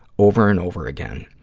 over and over again.